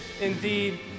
indeed